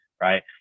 right